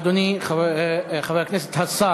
אדוני חבר הכנסת והשר